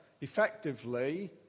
effectively